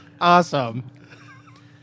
Awesome